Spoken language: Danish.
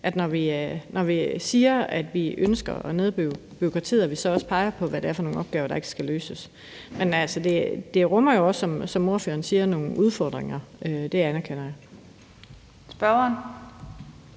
Når vi siger, at vi ønsker at skære ned på bureaukratiet, skal vi også pege på, hvad det er for nogle opgaver, der ikke skal løses. Men det rummer jo også, som ordføreren siger, nogle udfordringer. Det anerkender jeg. Kl.